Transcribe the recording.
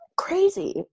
Crazy